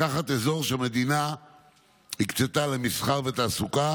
לקחת אזור שהמדינה הקצתה למסחר ולתעסוקה